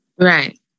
right